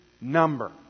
number